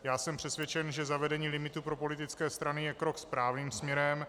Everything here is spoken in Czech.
Já jsem přesvědčen, že zavedení limitu pro politické strany je krok správným směrem.